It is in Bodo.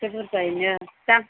एसे बुर्जायैनो दाम